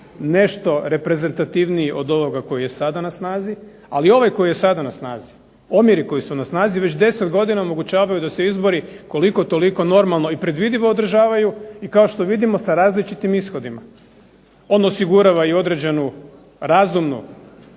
nešto reprezentativniji od ovoga koji je sada na snazi, ali ovaj koji je sada na snazi, omjeri koji su na snazi već 10 godina omogućavaju da se izbori koliko toliko normalno i predvidivo održavaju i kao što vidimo sa različitim ishodima. ON osigurava određenu razumnu